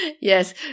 Yes